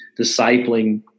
discipling